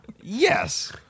Yes